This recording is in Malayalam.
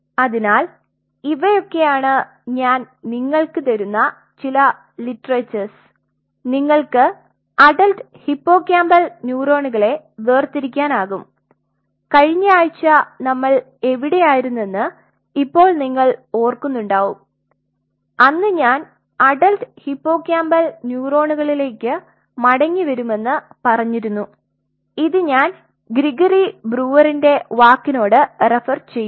അതിനാൽ ഇവയൊക്കെയാണ് ഞാൻ നിങ്ങൾക്ക് തരുന്ന ചില ലിറ്ററേച്ചേർസ് നിങ്ങൾക്ക് അഡൽറ്റ് ഹിപ്പോകാമ്പൽ ന്യൂറോണുകളെ വേർതിരിക്കാനാകും കഴിഞ്ഞ ആഴ്ച നമ്മൾ എവിടെയാരുന്നെന്ന് ഇപ്പോൾ നിങ്ങൾ ഓർക്കുന്നുണ്ടാവും അന്ന് ഞാൻ അഡൽറ്റ് ഹിപ്പോകാമ്പൽ ന്യൂറോണുകളിലേക്ക് മടങ്ങിവരുമെന്ന് പറഞ്ഞിരുന്നു ഇത് ഞാൻ ഗ്രിഗറിയെ ബ്രൂവറിന്റെGregory Brewer's വർക്കിനോട് റെഫർ ചെയുന്നു